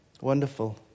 Wonderful